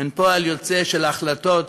הן פועל יוצא של החלטות